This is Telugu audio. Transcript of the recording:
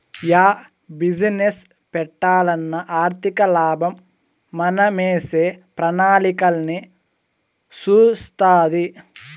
యా బిజీనెస్ పెట్టాలన్నా ఆర్థికలాభం మనమేసే ప్రణాళికలన్నీ సూస్తాది